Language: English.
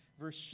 Verse